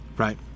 Right